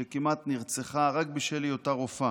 שכמעט נרצחה רק בשל היותה רופאה.